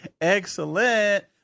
Excellent